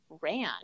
ran